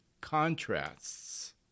contrasts